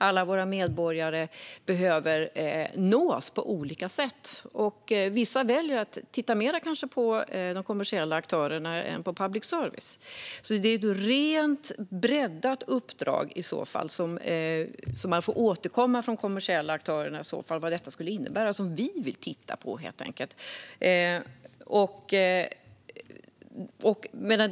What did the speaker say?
Alla våra medborgare behöver nås på olika sätt. Vissa väljer att titta mer på de kommersiella aktörerna än på public service. Det är alltså i så fall ett rent breddat uppdrag som man från de kommersiella aktörerna får återkomma om när det gäller vad det skulle innebära. Det är det som vi vill titta på.